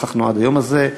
לכך נועד היום הזה.